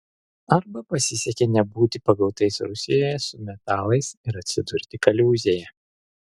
arba pasisekė nebūti pagautais rusijoje su metalais ir atsidurti kaliūzėje